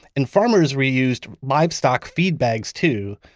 and farmers re-used livestock feed bags, too.